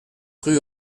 rue